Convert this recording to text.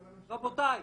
רבותיי,